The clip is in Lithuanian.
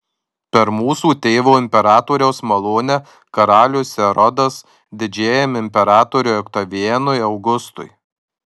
per mūsų tėvo imperatoriaus malonę karalius erodas didžiajam imperatoriui oktavianui augustui